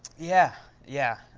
yeah, yeah,